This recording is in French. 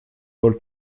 paul